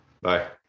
Bye